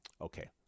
Okay